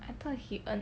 I thought he earned